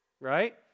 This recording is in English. right